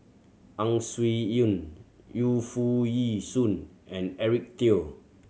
Ang Swee Aun Yu Foo Yee Shoon and Eric Teo